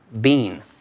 Bean